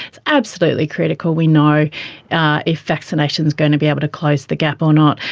it's absolutely critical we know if vaccination is going to be able to close the gap or not.